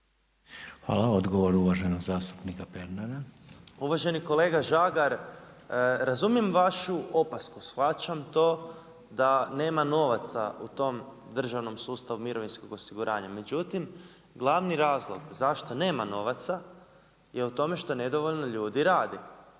Hvala. Odgovor uvaženog zastupnika Pernara. **Pernar, Ivan (Živi zid)** Uvaženi kolega Žagar, razumijem vašu opasku, shvaćam to da nema novaca u tom državnom sustavu mirovinskog osiguranja. Međutim, glavni razlog zašto nema novaca je u tome što nedovoljno ljudi radi.